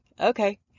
okay